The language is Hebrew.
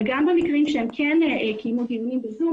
אבל גם במקרים שהם כן קיימו דיונים ב-זום,